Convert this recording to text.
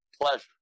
pleasure